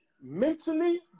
mentally